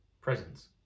presence